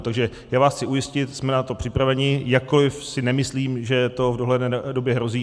Takže já vás chci ujistit, jsme na to připraveni, jakkoli si nemyslím, že to v dohledné době hrozí.